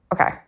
Okay